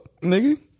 nigga